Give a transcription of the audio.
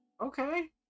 okay